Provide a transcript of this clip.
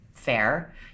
fair